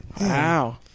Wow